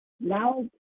Now